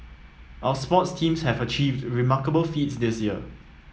our sports teams have achieved remarkable feats this year